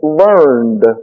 learned